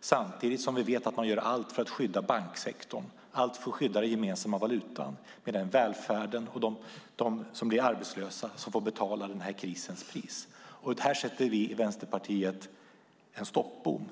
Samtidigt vet vi att man gör allt för att skydda banksektorn och den gemensamma valutan. Det är välfärden och de som blir arbetslösa som får betala priset. Här sätter Vänsterpartiet upp en stoppbom.